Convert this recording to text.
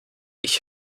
ich